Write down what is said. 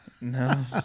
No